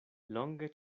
longe